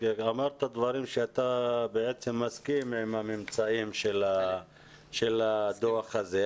אמרת דברים שאתה בעצם מסכים עם הממצאים של הדוח הזה,